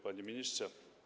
Panie Ministrze!